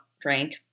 drank